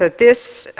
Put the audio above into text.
this